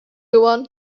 one